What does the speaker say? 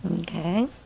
Okay